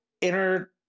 inner